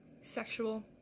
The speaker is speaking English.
Sexual